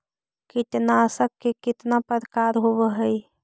कीटनाशक के कितना प्रकार होव हइ?